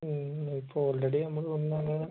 ഇപ്പോൾ ഓൾറെഡി നമുക്ക് ഉണ്ട് അങ്ങനെ